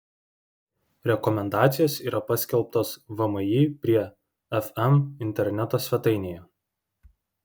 rekomendacijos yra paskelbtos vmi prie fm interneto svetainėje